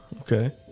okay